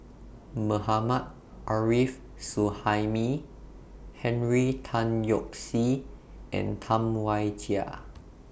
Mohammad Arif Suhaimi Henry Tan Yoke See and Tam Wai Jia